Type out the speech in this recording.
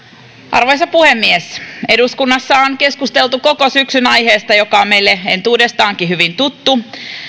arvoisa puhemies eduskunnassa on keskusteltu koko syksyn aiheesta joka on meille entuudestaankin hyvin tuttu